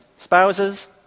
Spouses